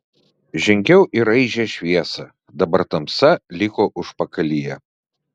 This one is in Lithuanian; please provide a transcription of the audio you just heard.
žengiau į raižią šviesą dabar tamsa liko užpakalyje